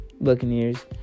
Buccaneers